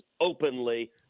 openly